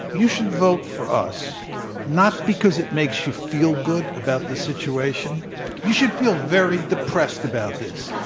you should vote for us not because it makes you feel good about the situation you should feel very depressed about this.